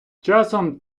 часом